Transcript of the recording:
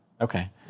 Okay